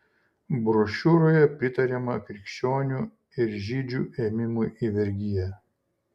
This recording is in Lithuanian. brošiūroje pritariama krikščionių ir žydžių ėmimui į vergiją